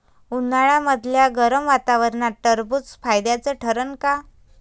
उन्हाळ्यामदल्या गरम वातावरनात टरबुज फायद्याचं ठरन का?